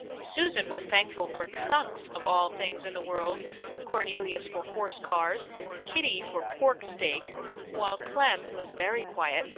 susan was thankful for trunks, of all things in the world cornelius, for horse cars kitty, for pork steak while clem, who is very quiet,